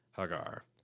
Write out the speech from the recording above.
Hagar